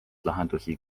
lahendusi